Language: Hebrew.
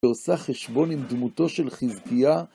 פרסה חשבון עם דמותו של חזקיה.